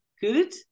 good